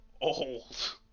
old